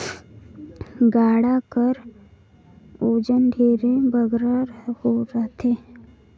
गाड़ा कर ओजन ढेरे बगरा रहथे